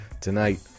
tonight